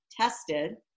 tested